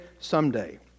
someday